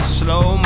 slow